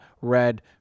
red